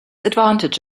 advantage